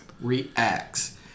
reacts